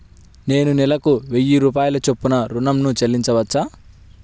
నేను నెలకు వెయ్యి రూపాయల చొప్పున ఋణం ను చెల్లించవచ్చా?